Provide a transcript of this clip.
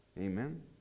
Amen